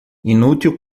inútil